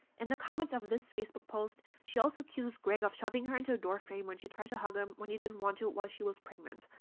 and the comments of this facebook post she also accuses greg of shoving her into a doorframe when she tried to hug him when he didn't want to while she was pregnant.